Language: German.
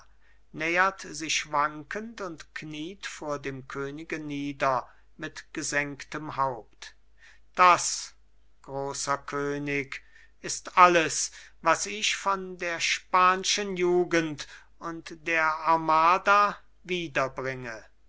nähert sich wankend und kniet vor dem könige nieder mit gesenktem haupt das großer könig ist alles was ich von der spanschen jugend und der armada